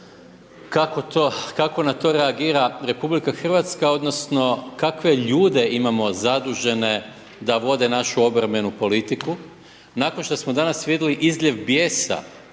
kako na to reagira RH odnosno kakve ljude imamo zadužene da vode našu obrambenu politiku nakon što smo danas vidjeli izljev bijesa